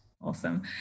Awesome